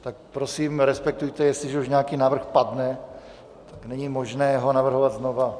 Tak prosím, respektujte, jestliže už nějaký návrh padne, není možné ho navrhovat znova.